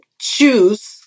choose